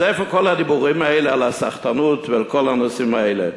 אז איפה כל הדיבורים האלה על הסחטנות ועל כל הנושאים האלה?